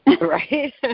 Right